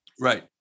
Right